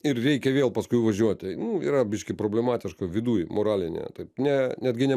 ir reikia vėl paskui važiuoti nu yra biškį problematiška viduj moraline taip ne netgi ne